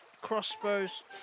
crossbows